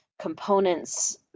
components